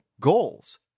goals